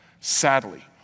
sadly